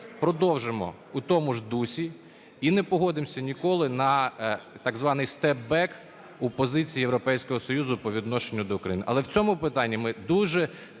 продовжимо у тому ж дусі і не погодимося ніколи на так званий step-back у позиції Європейського Союзу по відношенню до України. Але в цьому питанні ми дуже